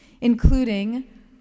including